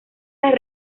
las